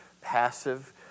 passive